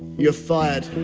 you're fired